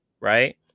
right